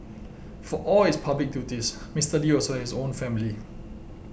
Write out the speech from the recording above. for all his public duties Mister Lee also has his own family